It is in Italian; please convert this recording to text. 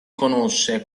conosce